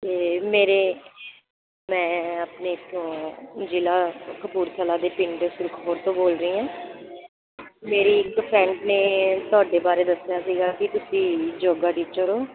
ਅਤੇ ਮੇਰੇ ਮੈਂ ਆਪਣੇ ਇੱਥੋਂ ਜ਼ਿਲ੍ਹਾ ਕਪੂਰਥਲਾ ਦੇ ਪਿੰਡ ਸੁਰਖਪੁਰ ਤੋਂ ਬੋਲ ਰਹੀ ਹਾਂ ਮੇਰੀ ਇਕ ਫਰੈਂਡ ਨੇ ਤੁਹਾਡੇ ਬਾਰੇ ਦੱਸਿਆ ਸੀਗਾ ਕਿ ਤੁਸੀਂ ਯੋਗਾ ਟੀਚਰ ਹੋ